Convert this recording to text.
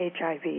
HIV